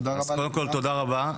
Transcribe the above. תודה רבה.